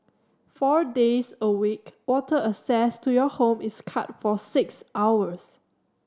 four days a week water access to your home is cut for six hours